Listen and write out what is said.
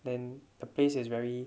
then the place is very